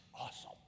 awesome